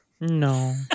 No